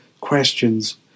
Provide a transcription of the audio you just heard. questions